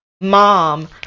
mom